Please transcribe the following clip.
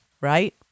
right